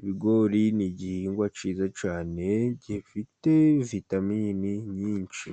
Ibigori ni igihingwa cyiza cyane gifite vitamini nyinshi.